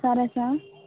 సరే సార్